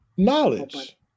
knowledge